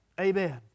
Amen